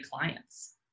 clients